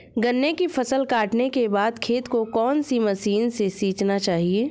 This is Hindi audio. गन्ने की फसल काटने के बाद खेत को कौन सी मशीन से सींचना चाहिये?